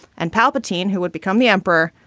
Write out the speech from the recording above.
and palpatine, who would become the emperor,